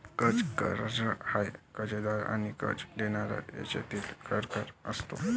कर्ज करार हा कर्जदार आणि कर्ज देणारा यांच्यातील करार असतो